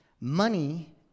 money